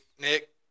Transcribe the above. Nick